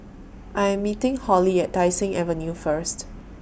I Am meeting Holli At Tai Seng Avenue First